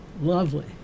lovely